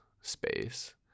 space